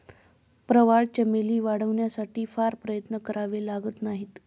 प्रवाळ चमेली वाढवण्यासाठी फार प्रयत्न करावे लागत नाहीत